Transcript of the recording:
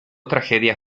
tragedias